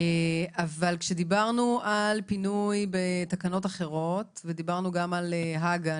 כשדיברנו על פינוי בתקנות אחרות ודיברנו גם על הג"א,